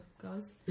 guys